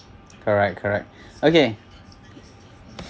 correct correct okay